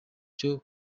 cyo